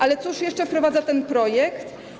Ale cóż jeszcze wprowadza ten projekt?